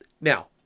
Now